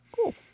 Cool